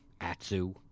Atsu